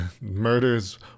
murders